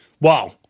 Wow